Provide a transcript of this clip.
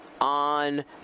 on